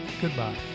Goodbye